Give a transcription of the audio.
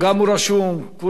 כולם רשומים בכתב.